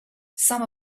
some